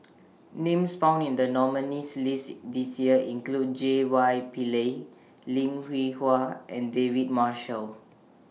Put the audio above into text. Names found in The nominees' list This Year include J Y Pillay Lim Hwee Hua and David Marshall